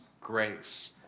grace